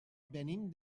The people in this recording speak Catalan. venim